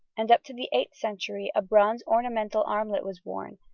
and up to the eighth century a bronze ornamental armlet was worn,